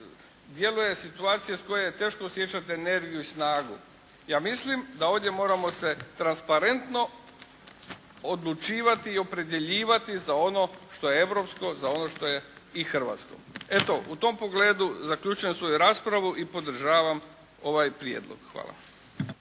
djeluje situacija iz koje je teško osjećati energiju i snagu. Ja mislim da ovdje moramo se transparentno odlučivati i opredjeljivati za ono što je europsko, za ono što je i hrvatsko. Eto, u tom pogledu zaključujem svoju raspravu i podržavam ovaj prijedlog. Hvala.